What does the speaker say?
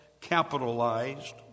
capitalized